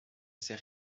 ces